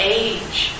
age